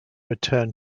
return